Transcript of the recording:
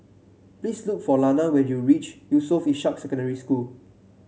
please look for Lana when you reach Yusof Ishak Secondary School